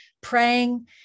praying